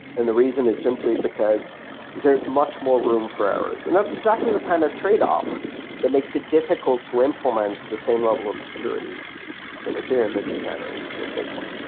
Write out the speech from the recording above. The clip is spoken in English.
and the reason is simply because there's much more room for errors, and that's exactly the kind of tradeoff that makes it difficult to implement the same level of security in ethereum as you can in bitcoin.